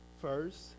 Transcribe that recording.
first